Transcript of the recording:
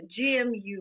GMU